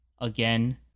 again